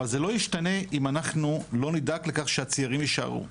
אבל זה לא ישתנה אם אנחנו לא נדאג לכך שהצעירים יישארו.